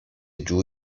giù